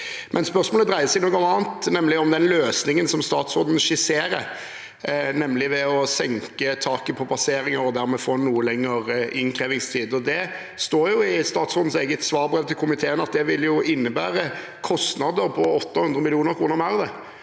spørsmålet dreier seg om noe annet, nemlig den løsningen statsråden skisserer, ved å senke taket på passeringer og dermed få noe lengre innkrevingstid. Det står i statsrådens eget svarbrev til komiteen at det vil innebære kostnader på ytterligere 800